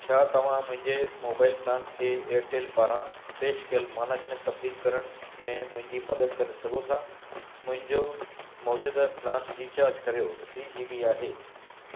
छा तव्हां मुंहिंजे मोबाइल प्लान खे एयरटेल पारां पेश कयल मानक में तबदील करण में मुंहिंजी मदद करे सघो था मुंहिंजो मौजूदह प्लान रीचार्ज कर्यो थ्री जी बी आहे